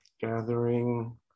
Gathering